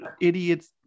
idiots